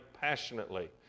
passionately